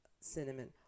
cinnamon